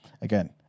again